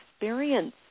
experience